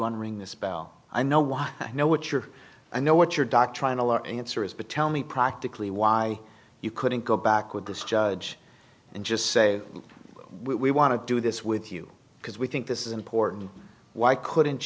on ring this bell i know what i know what you're i know what your doctrinal answer is but tell me practically why you couldn't go back with this judge and just say we want to do this with you because we think this is important why couldn't